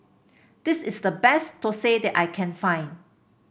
this is the best thosai that I can find